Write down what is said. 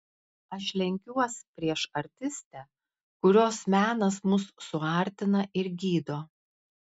aš lenkiuos prieš artistę kurios menas mus suartina ir gydo